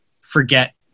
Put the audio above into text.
forget